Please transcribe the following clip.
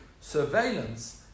surveillance